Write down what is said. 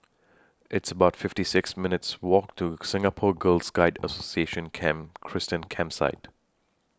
It's about fifty six minutes' Walk to Singapore Girl Guides Association Camp Christine Campsite